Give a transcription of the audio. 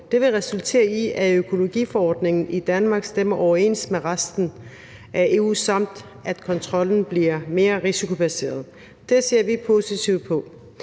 Det vil resultere i, at økologiloven i Danmark stemmer overens med resten af EU, samt at kontrollen bliver mere risikobaseret. Det ser vi positivt på.